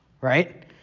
right